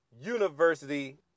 University